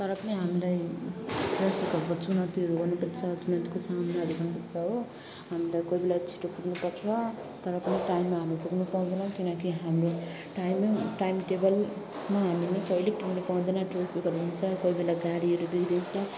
तर पनि हामीलाई ट्राफिकहरूको चुनौतीहरू गर्नुपर्छ चुनौतीको सामनाहरू गर्नुपर्छ हो हामीलाई कोही बेला छिटो पुग्नुपर्छ तर पनि टाइममा हामी पुग्नुपाउँदैनौँ किनकि हाम्रो टाइमै टाइम टेबलमा हामीहरू कहिल्यै पुग्नु पाउँदैन ट्राफिकहरू हुन्छ कोही बेला गाडीहरू बिग्रिन्छ